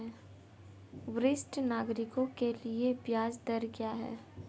वरिष्ठ नागरिकों के लिए ब्याज दर क्या हैं?